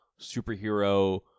superhero